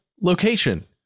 location